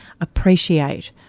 appreciate